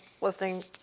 listening